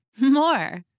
more